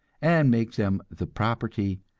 and make them the property,